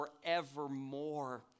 forevermore